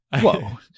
Whoa